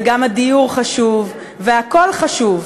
וגם הדיור חשוב, והכול חשוב.